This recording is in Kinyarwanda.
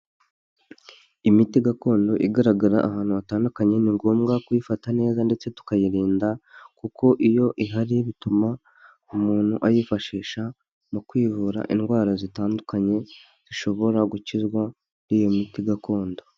Imiti gakondo igaragara ahantu hatandukanye, ni ngombwa kuyifata neza ndetse tukayirinda kuko iyo ihari bituma umuntu ayifashisha mu kwivura indwara zitandukanye zishobora gukizwa n'iyo miti gakondo.